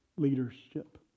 leadership